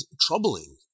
troubling